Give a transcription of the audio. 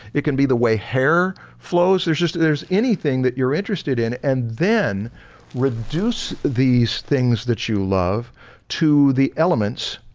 it can be the way hair flows. there's just there's anything that you're interested in and then reduce these things that you love to the elements